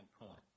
point